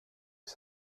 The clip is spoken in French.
que